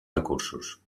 recursos